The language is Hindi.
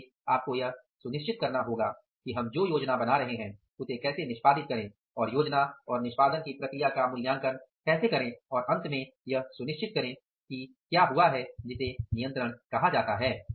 इसलिए आपको यह सुनिश्चित करना होगा कि हम जो योजना बना रहे हैं उसे कैसे निष्पादित करें और योजना और निष्पादन की प्रक्रिया का मूल्यांकन कैसे करें और अंत में यह सुनिश्चित करें कि क्या हुआ है जिसे नियंत्रण कहा जाता है